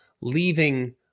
leaving